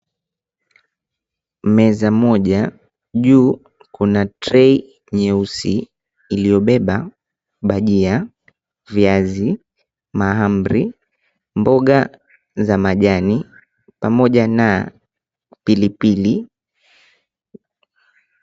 Meza moja, juu kuna trey nyeusi iliyobeba bhajia, viazi, mahamri, mboga za majani pamoja na pilipili.